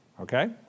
okay